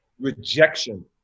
rejection